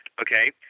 okay